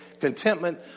contentment